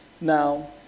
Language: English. Now